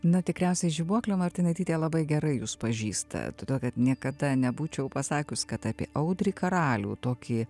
na tikriausiai žibuoklė martinaitytė labai gerai jus pažįsta todėl kad niekada nebūčiau pasakius kad apie audrį karalių tokį